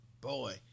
Boy